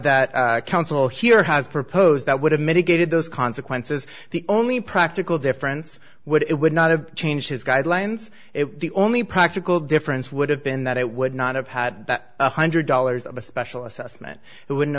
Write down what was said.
that that council here has proposed that would have mitigated those consequences the only practical difference would it would not have changed his guidelines if the only practical difference would have been that it would not have had one hundred dollars of a special assessment it wouldn't